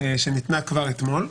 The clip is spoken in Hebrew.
שניתנה כבר אתמול.